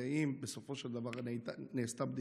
הרי אם בסופו של דבר נעשתה בדיקה,